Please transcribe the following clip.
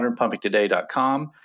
modernpumpingtoday.com